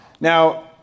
Now